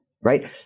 right